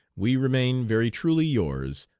we remain, very truly yours.